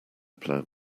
plan